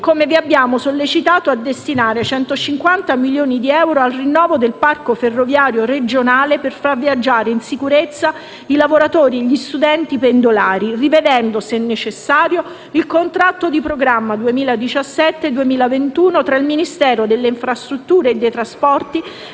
modo vi abbiamo sollecitato a destinare 150 milioni di euro al rinnovo del parco ferroviario regionale per far viaggiare in sicurezza i lavoratori e gli studenti pendolari rivedendo - se necessario - il contratto di programma 2017-2021 tra il Ministero delle infrastrutture e dei trasporti